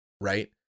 right